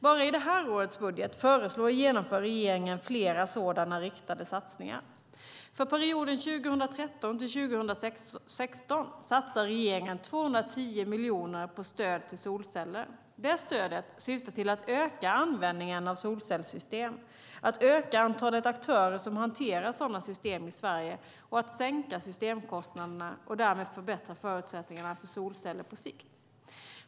Bara i det här årets budget föreslår och genomför regeringen flera sådana riktade satsningar. För perioden 2013-2016 satsar regeringen 210 miljoner på stöd till solceller. Det stödet syftar till att öka användningen av solcellssystem, att öka antalet aktörer som hanterar sådana system i Sverige och att sänka systemkostnaderna och därmed förbättra förutsättningarna för solceller på sikt.